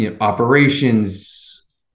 operations